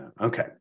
okay